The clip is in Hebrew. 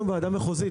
אנחנו ועדה מחוזית,